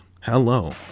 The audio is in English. Hello